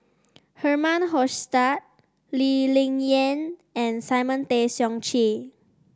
Herman Hochstadt Lee Ling Yen and Simon Tay Seong Chee